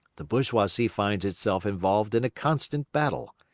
the bourgeoisie finds itself involved in a constant battle.